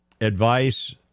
advice